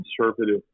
conservative